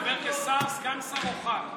אתה מדבר כשר, סגן שר או חבר כנסת,